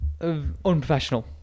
unprofessional